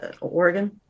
Oregon